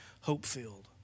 hope-filled